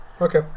Okay